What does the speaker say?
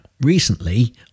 recently